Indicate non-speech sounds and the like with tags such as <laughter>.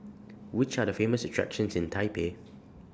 Which Are The Famous attractions in Taipei <noise>